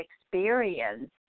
experience